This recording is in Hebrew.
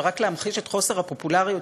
ורק להמחיש את חוסר הפופולריות,